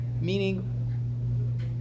Meaning